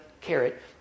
carrot